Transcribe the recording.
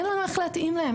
אין לנו איך להתאים להם,